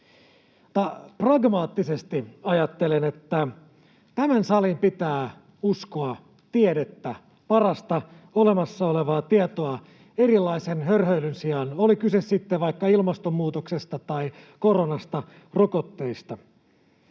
Pragmaattisesti ajattelen, että tämän salin pitää uskoa tiedettä, parasta olemassa olevaa tietoa erilaisen hörhöilyn sijaan, oli kyse sitten vaikka ilmastonmuutoksesta tai koronasta, rokotteista.